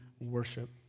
worship